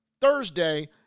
Thursday